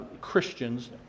Christians